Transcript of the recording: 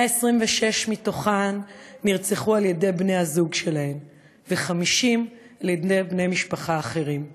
126 מהן נרצחו על-ידי בני-הזוג שלהן ו-50 על-ידי בני משפחה אחרים.